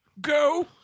Go